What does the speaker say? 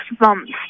months